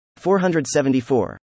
474